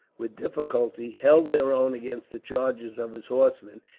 with difficulty, held their own against the charges of his horsemen,